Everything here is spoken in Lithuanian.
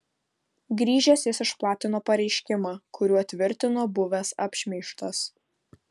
grįžęs jis išplatino pareiškimą kuriuo tvirtino buvęs apšmeižtas